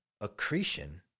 accretion